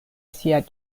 sia